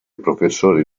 professore